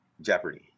Jeopardy